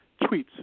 tweets